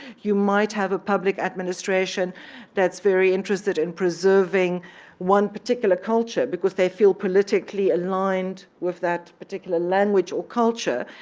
you might have a public administration that's very interested in preserving one particular culture because they feel politically aligned with that particular language or culture.